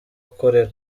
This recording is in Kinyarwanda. ukorera